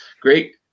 Great